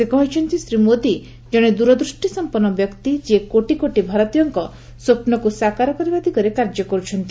ସେ କହିଛନ୍ତି ଶ୍ରୀ ମୋଦି ଜଣେ ଦୂରଦୃଷ୍ଟୀ ସମ୍ପନ୍ନ ବ୍ୟକ୍ତି ଯିଏ କୋଟି କୋଟି ଭାରତୀୟଙ୍କ ସ୍ୱପ୍ନକୁ ସାକାର କରିବା ଦିଗରେ କାର୍ଯ୍ୟ କରୁଛନ୍ତି